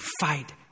fight